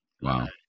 Wow